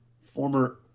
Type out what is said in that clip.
Former